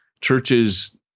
churches